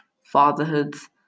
fatherhoods